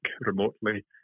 remotely